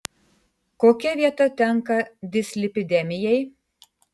kokia vieta tenka dislipidemijai